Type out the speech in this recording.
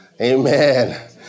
Amen